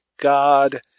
God